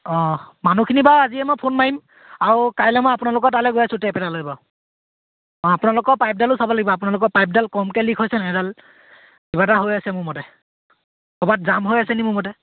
অঁ মানুহখিনি বাৰু আজিয়ে মই ফোন মাৰিম আৰু কাইলৈ মই আপোনালোকৰ তালৈ গৈ আছোঁ টেপ এটা লৈ বাৰু অঁ আপোনালোকৰ পাইপডালো চাব লাগিব আপোনালোকৰ পাইপডাল কমকৈ লিক হৈছেনে সেইডাল কিবা এটা হৈ আছে মোৰ মতে ক'ৰবাত জাম হৈ আছেনি মোৰ মতে